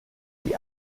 die